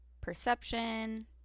perception